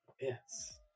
Yes